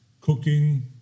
cooking